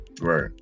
Right